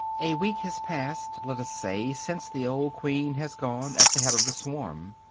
a week has passed, let us say, since the old queen has gone, at the head of the swarm.